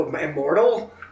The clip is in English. immortal